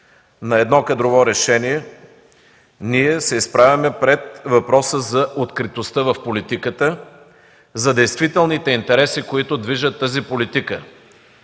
на едно кадрово решение, е, че се изправяме пред въпроса за откритостта в политиката, за действителните интереси, които я движат не само